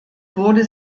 wurde